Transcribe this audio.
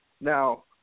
Now